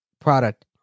product